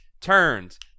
turns